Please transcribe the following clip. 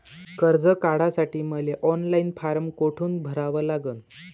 कर्ज काढासाठी मले ऑनलाईन फारम कोठून भरावा लागन?